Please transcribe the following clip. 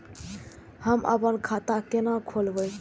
हम आपन खाता केना खोलेबे?